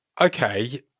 Okay